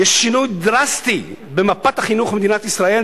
יש שינוי דרסטי במפת החינוך במדינת ישראל,